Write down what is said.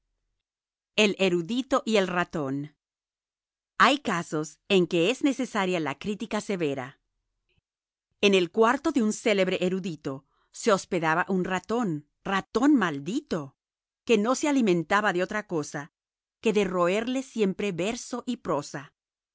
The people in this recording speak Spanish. el erudito y el ratón hay casos en que es necesaria la crítica severa en el cuarto de un célebre erudito se hospedaba un ratón ratón maldito que no se alimentaba de otra cosa que de roerle siempre verso y prosa